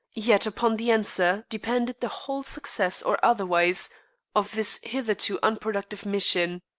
yet upon the answer depended the whole success or otherwise of this hitherto unproductive mission.